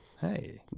Hey